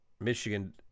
Michigan